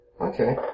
Okay